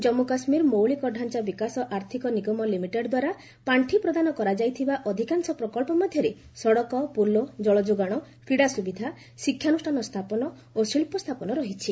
ଜନ୍ମୁ କାଶ୍ମୀର ମୌଳିକଢାଞ୍ଚା ବିକାଶ ଆର୍ଥକ ନିଗମ ଲିମିଟେଡ୍ ଦ୍ୱାରା ପାଖି ପ୍ରଦାନ କରାଯାଇଥିବା ଅଧିକାଂଶ ପ୍ରକଳ୍ପ ମଧ୍ୟରେ ସଡ଼କ ପୋଲ ଜଳଯୋଗାଣ କ୍ରିଡ଼ା ସୁବିଧା ଶିକ୍ଷାନୁଷ୍ଠାନ ସ୍ଥାପନ ଓ ଶିଳ୍ପ ସ୍ଥାପନ ରହିଛି